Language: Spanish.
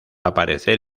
aparecer